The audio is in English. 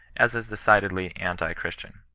as is decidedly anti-christian,